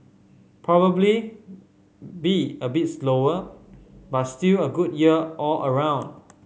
probably be a bit slower but still a good year all around